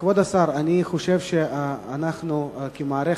כבוד השר, אני חושב שאנחנו כמערכת,